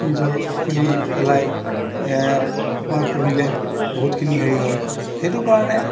নিজৰ খুলি পেলাই কোনোবাই পুহিলে বহুতখিনি হেৰি হয় সেইটো কাৰণে